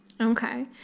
Okay